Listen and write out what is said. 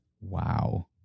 Wow